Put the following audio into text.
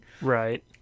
Right